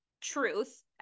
Truth